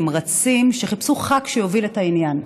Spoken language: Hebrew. ונמרצים שחיפשו חבר כנסת שיוביל את העניין.